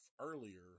earlier